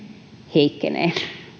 heikkenee arvoisat